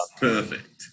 perfect